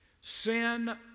Sin